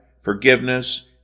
forgiveness